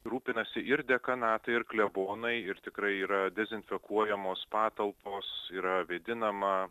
rūpinasi ir dekanatai ir klebonai ir tikrai yra dezinfekuojamos patalpos yra vėdinama